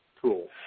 tool